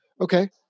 okay